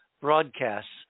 broadcasts